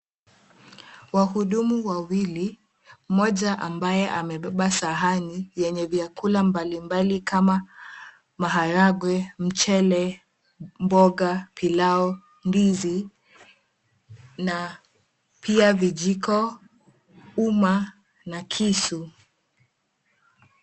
Wahudumu wawili mmoja ambaye amebeba sahani yenye vyakula mbalimbali kama maharagwe, mchele, mboga, pilau, ndizi na pia vijiko, uma na kisu.